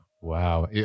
Wow